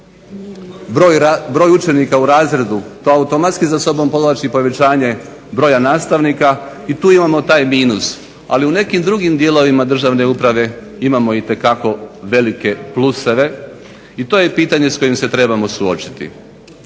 broj učenika u razredu to automatski za sobom povlači povećanje broja nastavnika i tu imamo taj minus. Ali u nekim drugim dijelovima državne uprave imamo itekako velike pluseve i to je pitanje s kojim se trebamo suočiti.